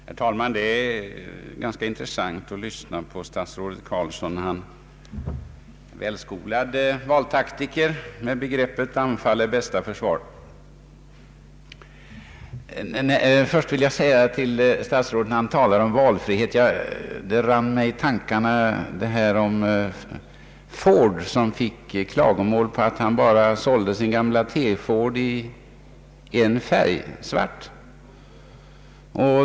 Herr talman! Det är ganska intressant att lyssna till den välskolade valtaktikern statsrådet Carlsson, som vet att anfall är bästa försvar. När herr statsrådet talade om valfrihet rann mig i tankarna historien om Ford, som fick klagomål på att han bara sålde sin gamla T-ford i en färg.